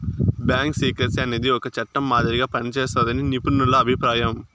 bank secrecy అనేది ఒక చట్టం మాదిరిగా పనిజేస్తాదని నిపుణుల అభిప్రాయం